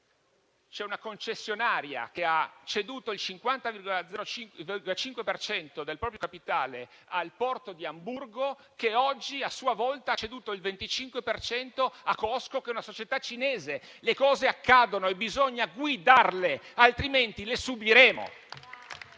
c'è una concessionaria che ha ceduto il 50,01 per cento del proprio capitale al porto di Amburgo, che oggi a sua volta ha ceduto il 25 per cento a Cosco, che è una società cinese. Le cose accadono e bisogna guidarle, altrimenti le subiremo.